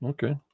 Okay